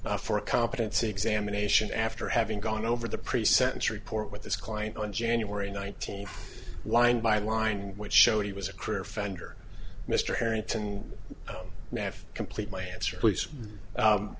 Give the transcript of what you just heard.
for a competency examination after having gone over the pre sentence report with this client on january nineteenth line by line which showed he was a career founder mr harrington may have complete my answer please